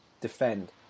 defend